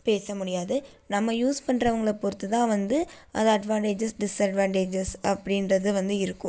பேசமுடியாது நம்ம யூஸ் பண்ணுறவங்கள பொறுத்துதான் வந்து அது அட்வான்டேஜஸ் டிஸ்அட்வான்டேஜஸ் அப்படின்றது வந்து இருக்கும்